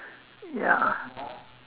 ya